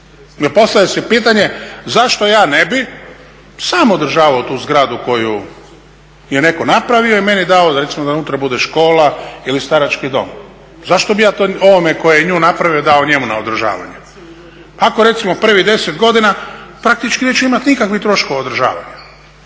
No postavlja se pitanje zašto ja ne bi sam održavao tu zgradu koju je netko napravio i meni dao da recimo unutra bude škola ili starački dom. Zašto bi ja to ovome koji je to napravio dao njemu na održavanje. Ako recimo prvih 10 godina praktički neću imati nikakvih troškova održavanja.